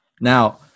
Now